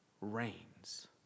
reigns